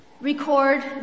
record